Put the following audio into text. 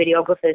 videographers